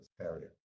area